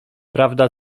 prawda